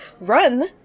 Run